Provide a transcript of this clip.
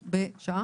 ננעלה בשעה